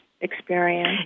experience